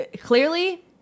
clearly